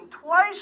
Twice